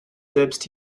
selbst